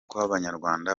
kw’abanyarwanda